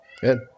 good